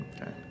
Okay